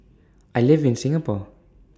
I live in Singapore